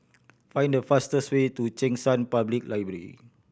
find the fastest way to Cheng San Public Library